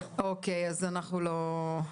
אוקיי, אז אנחנו לא שומעים,